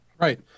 Right